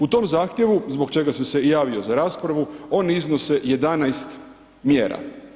U tom zahtjevu zbog čega sam se i javio za raspravu, oni iznose 11 mjera.